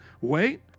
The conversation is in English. wait